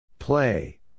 Play